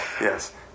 Yes